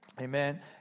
amen